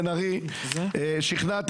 ככה הם עובדים, זה נוהל שלהם.